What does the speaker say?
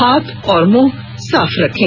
हाथ और मुंह साफ रखें